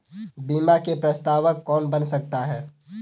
बीमा में प्रस्तावक कौन बन सकता है?